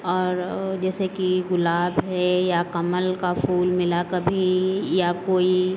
और जैसे कि गुलाब है या कमल का फूल मिला कभी या कोई